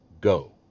go